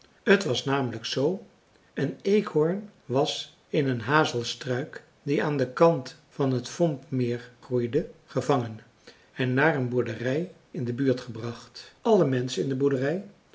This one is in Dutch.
t was namenlijk zoo een eekhoorn was in een hazelstruik die aan den kant van het vombmeer groeide gevangen en naar een boerderij in de buurt gebracht alle menschen in de boerderij